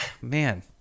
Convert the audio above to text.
man